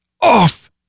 off